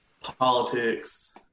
politics